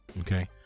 Okay